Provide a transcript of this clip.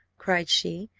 cried she,